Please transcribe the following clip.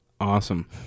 Awesome